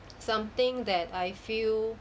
something that I feel